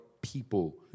people